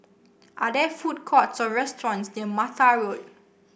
are there food courts or restaurants near Mattar Road